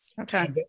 Okay